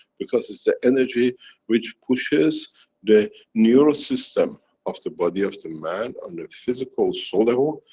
because is the energy which pushes the neuro system of the body of the man, on the physical soul level,